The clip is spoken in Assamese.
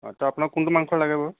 আটচা আপোনাক কোনটো মাংস লাগে বাৰু